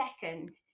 second